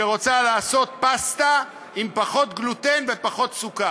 שרוצה לעשות פסטה עם פחות גלוטן ופחות סוכר,